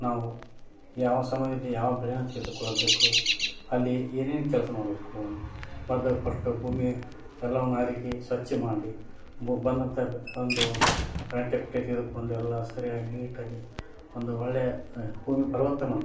ನಾವು ಯಾವ ಸಮಯಲ್ಲಿ ಯಾವ ಬೆಳೇನ ತೆಗೆದುಕೊಳ್ಳಬೇಕು ಅಲ್ಲಿ ಏನೇನು ಕೆಲಸ ಮಾಡಬೇಕು ಮೊದಲು ಪಸ್ಟು ಭೂಮಿ ಎಲ್ಲವನ್ನು ಹರಗಿ ಸ್ವಚ್ಛ ಮಾಡಿ ಒಬ್ಬ ಬಂದಂಥ ಒಂದು ಒಂದು ರೆಂಟೆ ಕುಂಟೆ ತೆಗೆದುಕೊಂಡು ಎಲ್ಲ ಸರಿಯಾಗಿ ನೀಟಾಗಿ ಒಂದು ಒಳ್ಳೆಯ ಭೂಮಿ ಫಲವತ್ತು ಮಾಡ್ಕೋಬೇಕು